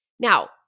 Now